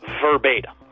verbatim